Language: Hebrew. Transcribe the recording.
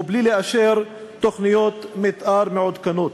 ובלי לאשר תוכניות מתאר מעודכנות.